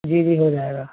जी जी हो जाएगा